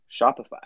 Shopify